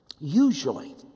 Usually